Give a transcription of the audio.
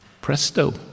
presto